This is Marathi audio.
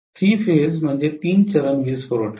तीन चरण वीज पुरवठा